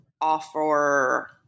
offer